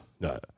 No